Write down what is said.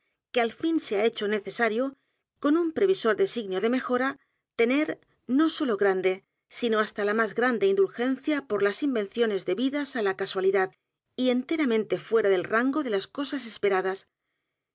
que al fin se ha hecho necesario con un previsor designio de mejora tener no sólo g r a n d e sino hasta la m á s grande indulgencia por las invenciones debidas á la casualidad y enteramente fuera del r a n g o de las cosas esperadas